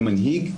למנהיג,